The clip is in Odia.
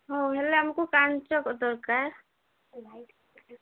ହଉ ହେଲା ଆମକୁ କାଁଚକ ଦରକାର